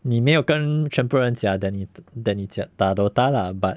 你没有跟全部人讲 that 你 that 你 that 你打 dota lah but